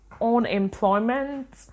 unemployment